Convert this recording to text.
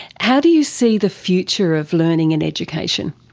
how do you see the future of learning and education?